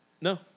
No